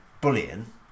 bullion